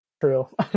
True